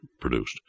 produced